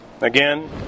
Again